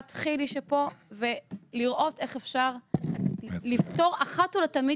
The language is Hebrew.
חילי שפה ולראות איך אפשר לפתור אחת ולתמיד